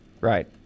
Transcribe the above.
Right